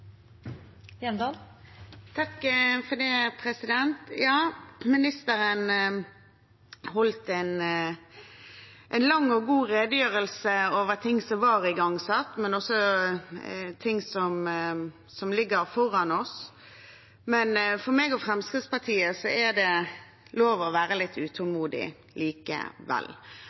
Ministeren holdt en lang og god redegjørelse om ting som var igangsatt, og også ting som ligger foran oss, men for meg og Fremskrittspartiet er det lov å være litt utålmodig likevel.